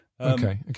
Okay